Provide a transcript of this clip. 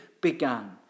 began